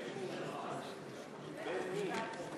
בעד, 26,